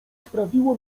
sprawiło